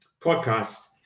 podcast